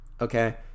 okay